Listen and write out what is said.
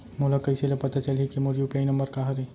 मोला कइसे ले पता चलही के मोर यू.पी.आई नंबर का हरे?